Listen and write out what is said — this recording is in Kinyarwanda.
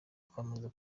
twamaze